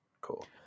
Cool